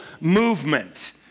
movement